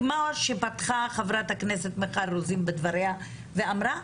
כמו שפתחה חברת הכנסת מיכל רוזין בדבריה ואמרה,